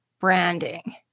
Branding